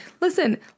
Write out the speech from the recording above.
Listen